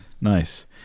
Nice